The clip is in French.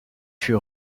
fut